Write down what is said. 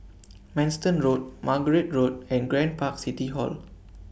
Manston Road Margate Road and Grand Park City Hall